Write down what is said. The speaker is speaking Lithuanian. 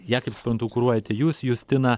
ją kaip suprantu kuruojate jūs justina